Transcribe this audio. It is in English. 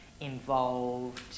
involved